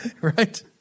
right